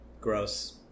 Gross